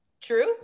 True